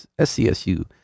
SCSU